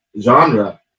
genre